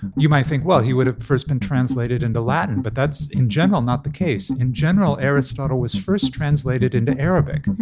you might think, well, he would have first been translated into latin, but that's, in general, not the case. in general, aristotle was first translated into arabic